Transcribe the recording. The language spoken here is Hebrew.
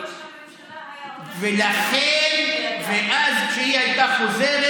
ראש הממשלה היה, ואז כשהיא הייתה חוזרת,